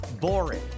boring